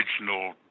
original